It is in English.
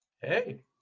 Hey